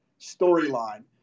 storyline